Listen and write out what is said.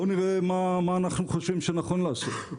בואו נראה מה אנחנו חושבים שנכון לעשות.